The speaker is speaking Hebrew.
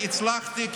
תצייץ.